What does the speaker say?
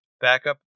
backup